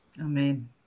Amen